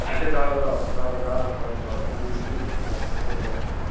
আচ্ছা দাঁড়াও দাঁড়াও দাঁড়াও দাঁড়াও দাঁড়াও ধরো আমি লিখে নিচ্ছি এক এক করে বল তুমি